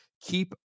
keep